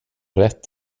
rätt